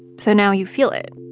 so now you feel it,